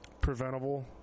preventable